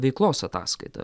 veiklos ataskaita